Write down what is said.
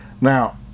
Now